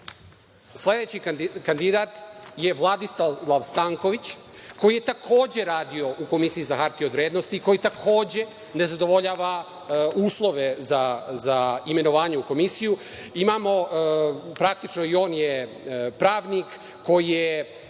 sledeći kandidat je Vladislav Stanković koji je takođe radio u Komisiji za hartije od vrednosti, koji takođe ne zadovoljava uslove za imenovanje u komisiju. Praktično i on je pravnik koji je,